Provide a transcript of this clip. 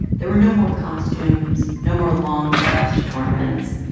there were no more costumes, no more long drives to tournaments.